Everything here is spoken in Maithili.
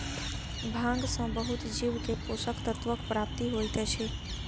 भांग सॅ बहुत जीव के पोषक तत्वक प्राप्ति होइत अछि